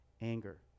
anger